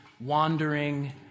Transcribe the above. wandering